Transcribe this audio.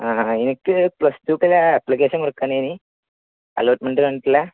ആ എനിക്ക് പ്ലസ് ടുവിലേക്കുള്ള ആപ്ലിക്കേഷൻ കൊടുക്കാനാണ് അലോട്ട്മെൻ്റ് കാണിച്ചില്ല